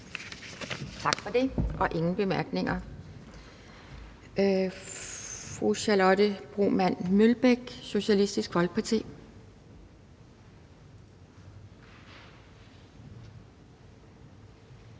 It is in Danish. Tak for det. Der er ingen bemærkninger. Fru Charlotte Broman Mølbæk, Socialistisk Folkeparti. Kl.